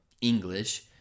English